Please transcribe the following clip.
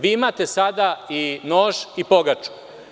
Vi imate sada i nož i pogaču.